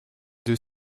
deux